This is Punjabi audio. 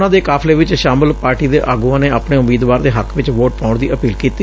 ਉਨ੍ਹਾਂ ਦੇ ਕਾਫ਼ਲੇ ਵਿਚ ਸ਼ਾਮਲ ਪਾਰਟੀ ਦੇ ਆਗੂਆਂ ਨੇ ਆਪਣੇ ਉਮੀਦਵਾਰ ਦੇ ਹੱਕ ਵਿਚ ਵੋਟ ਪਾਉਣ ਦੀ ਅਪੀਲ ਕੀਤੀ